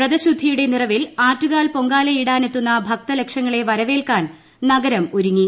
വ്രതശുദ്ധിയുടെ നിറവിൽ ആറ്റുകാൽ പൊങ്കാലയിടാനെത്തുന്ന ഭക്തലക്ഷങ്ങളെ വരവേൽക്കാൻ നഗരം ഒരുങ്ങി